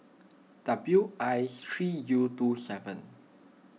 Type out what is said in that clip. W I three U twenty seven